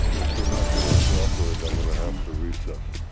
if you're not going to cooperate, i'm going to have to recess.